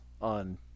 on